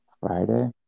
Friday